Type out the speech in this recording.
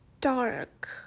dark